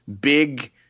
big –